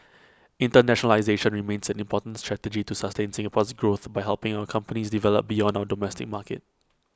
internationalisation remains an important strategy to sustain Singapore's growth by helping our companies develop beyond our domestic market